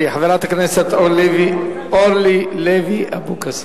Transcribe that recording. חברת הכנסת אורלי לוי אבקסיס,